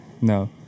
no